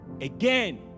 Again